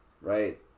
right